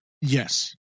Yes